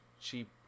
cheap